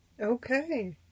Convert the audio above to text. okay